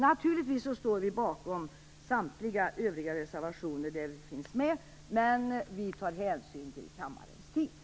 Naturligtvis står vi bakom samtliga övriga reservationer där vi finns med, men vi tar hänsyn till kammarens tid.